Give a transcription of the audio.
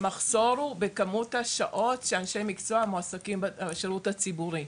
המחסור הוא בכמות השעות שאנשי המקצוע מועסקים בשירות הציבורי.